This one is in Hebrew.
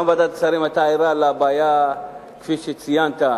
גם ועדת השרים היתה ערה לבעיה כפי שציינת,